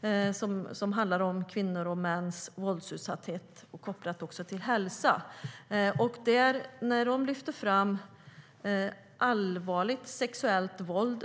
med frågor om kvinnors och mäns utsatthet för våld kopplat till hälsa. I undersökningen lyftes fram frågor om allvarligt sexuellt våld.